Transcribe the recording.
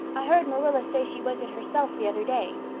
i heard marilla say she was it, herself, the other day.